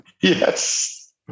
Yes